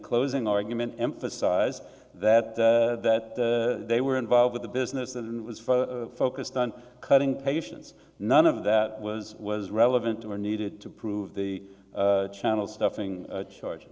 closing argument emphasize that that they were involved with the business and was focused on cutting patients none of that was was relevant or needed to prove the channel stuffing charges